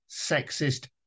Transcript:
sexist